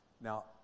Now